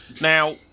Now